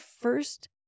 first